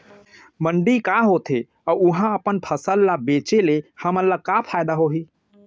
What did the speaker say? मंडी का होथे अऊ उहा अपन फसल ला बेचे ले हमन ला का फायदा होही?